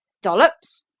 dollops,